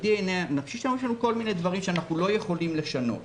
בדי-אן-אי הנפשי שלנו יש לנו כל מיני דברים שאנחנו לא יכולים לשנות: